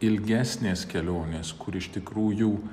ilgesnės kelionės kur iš tikrųjų